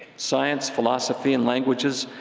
science, philosophy, and languages,